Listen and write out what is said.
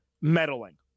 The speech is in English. meddling